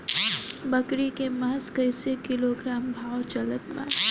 बकरी के मांस कईसे किलोग्राम भाव चलत बा?